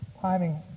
timing